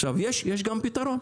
עכשיו, יש גם פתרון,